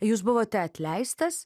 jūs buvote atleistas